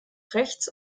rechts